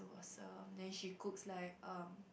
awesome then she cooks like um